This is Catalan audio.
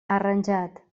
arranjat